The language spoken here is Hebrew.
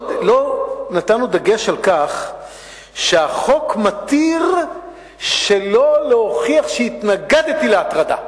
לא נתנו דגש על כך שהחוק מתיר שלא להוכיח שהתנגדתי להטרדה.